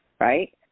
Right